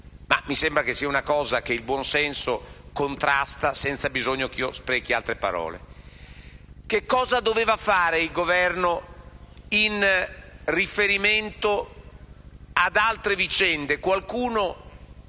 Mi sembra che sia una cosa che contrasta il buonsenso, senza bisogno che io sprechi altre parole. Che cosa doveva fare il Governo in riferimento ad altre vicende? Qualcuno